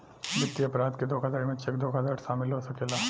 वित्तीय अपराध के धोखाधड़ी में चेक धोखाधड़ शामिल हो सकेला